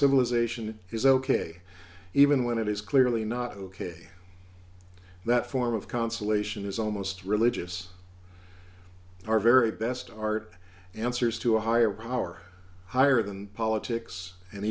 civilization is ok even when it is clearly not ok that form of consolation is almost religious our very best art answers to a higher power higher than politics